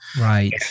right